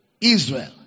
Israel